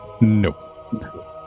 Nope